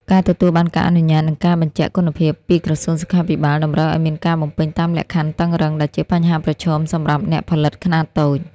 ការទទួលបានការអនុញ្ញាត និងការបញ្ជាក់គុណភាពពីក្រសួងសុខាភិបាលតម្រូវឱ្យមានការបំពេញតាមលក្ខខណ្ឌតឹងរ៉ឹង ដែលជាបញ្ហាប្រឈមសម្រាប់អ្នកផលិតខ្នាតតូច។